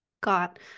got